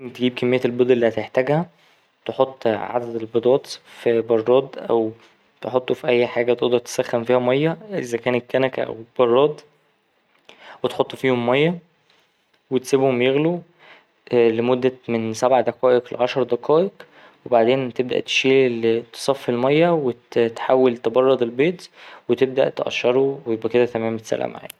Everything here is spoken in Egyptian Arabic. تجيب كمية البيض اللي هتحتاجها تحط عدد البيضات في براد أو تحطه في أي حاجة تقدر تسخن فيها مايه إذا كانت كنكه أو براد وتحط فيهم مايه وتسيبهم يغلوا لمدة من سبع دقائق لعشر دقائق وبعدين بتبدأ تشيل ال ـ تصفي المايه وتحاول تبرد البيض وتبدأ تقشره ويبقى كده تمام اتسلق معاك.